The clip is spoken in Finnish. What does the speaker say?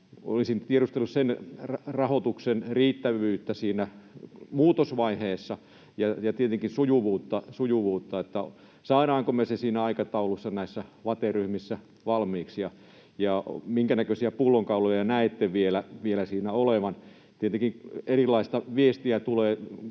Olisin tiedustellut rahoituksen riittävyyttä siinä muutosvaiheessa ja tietenkin sujuvuutta. Saadaanko me se siinä aikataulussa VATE-ryhmissä valmiiksi, ja minkänäköisiä pullonkauloja näette vielä siinä olevan? Tietenkin erilaista viestiä tulee kiinteistöjen